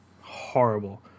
horrible